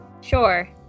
Sure